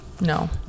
No